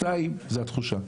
נושא שני הוא התחושה.